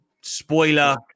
spoiler